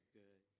good